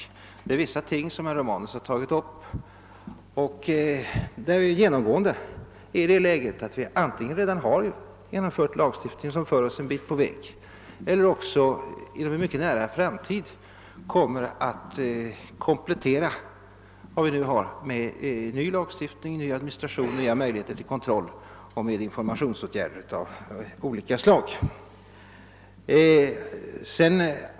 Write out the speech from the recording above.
När det gäller de ting herr Romanus tagit upp är vi genomgående i det läget att vi antingen redan genomfört en lagstiftning som för oss en bit på väg eller också inom en mycket nära framtid kommer att komplettera vad vi nu har med ny lagstiftning, ny administration, nya möjligheter till kontroll och informationsåtgärder av olika slag.